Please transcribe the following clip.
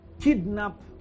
kidnap